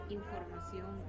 información